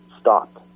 stopped